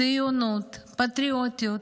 ציונות, פטריוטיות,